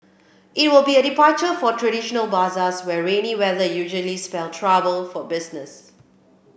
it will be a departure from traditional bazaars where rainy weather usually spell trouble for business